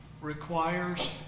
requires